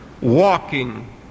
walking